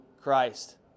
Christ